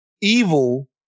evil